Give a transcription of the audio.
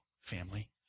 family